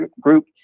group